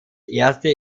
erste